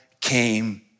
came